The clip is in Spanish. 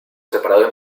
separado